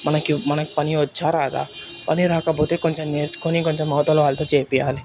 మనకి మనకి పని వచ్చా రాదా పని రాకపోతే కొంచెం నేర్చుకుని కొంచెం అవతల వాళ్ళతో చేపియాలి